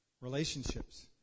relationships